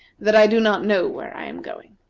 that i do not know where i am going.